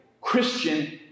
Christian